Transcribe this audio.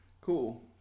cool